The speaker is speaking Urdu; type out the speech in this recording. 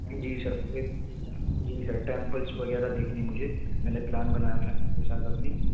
ہوں جی سر جی سر ٹیمپلس وغیرہ دیکھنے ہے مجھے میں نے پلان بنا یا تھا فیملی کے ساتھ اپنی